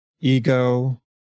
ego